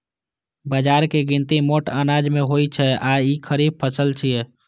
बाजराक गिनती मोट अनाज मे होइ छै आ ई खरीफ फसल छियै